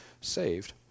saved